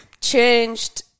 changed